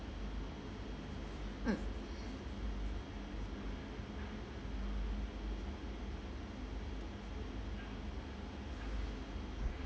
mm